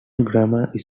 grammar